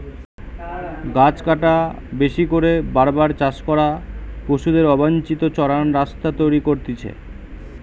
গাছ কাটা, বেশি করে বার বার চাষ করা, পশুদের অবাঞ্চিত চরান রাস্তা তৈরী করতিছে